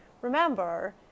remember